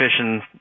fishing